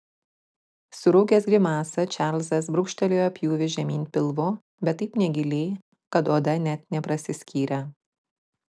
suraukęs grimasą čarlzas brūkštelėjo pjūvį žemyn pilvu bet taip negiliai kad oda net neprasiskyrė